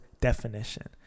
definition